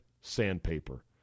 sandpaper